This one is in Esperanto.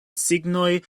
signoj